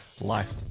Life